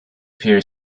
peer